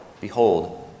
Behold